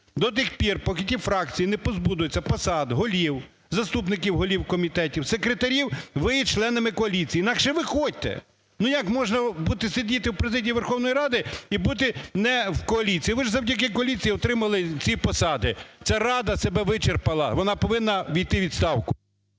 До тих пір поки ті фракції не позбудуться посад голів, заступників голів комітетів, секретарів, ви є членами коаліції, інакше виходьте. Як можна бути, сидіти у президії Верховної Ради і бути не в коаліції, ви ж завдяки коаліції отримали ці посади. Ця Рада себе вичерпала, вона повинна йти у відставку.